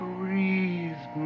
Breathe